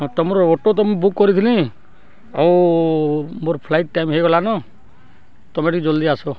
ହଁ ତୁମର ଅଟୋ ତ ମୁଁ ବୁକ୍ କରିଥିଲି ଆଉ ମୋର ଫ୍ଲାଇଟ୍ ଟାଇମ୍ ହେଇଗଲାନ ତୁମେ ଟିକେ ଜଲ୍ଦି ଆସ